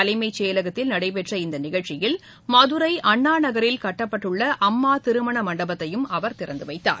தலைமை செயலகத்தில் நடைபெற்ற இந்த நிகழ்ச்சியில் மதுரை அண்ணா நகரில் கட்டப்பட்டுள்ள அம்மா திருமண மண்டபத்தையும் அவர் திறந்து வைத்தார்